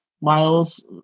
Miles